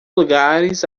lugares